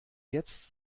jetzt